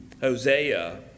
Hosea